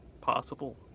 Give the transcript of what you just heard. possible